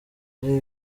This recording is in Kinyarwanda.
ari